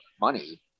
money